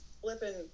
flipping